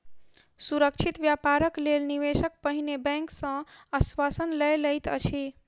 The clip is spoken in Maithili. सुरक्षित व्यापारक लेल निवेशक पहिने बैंक सॅ आश्वासन लय लैत अछि